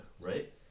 right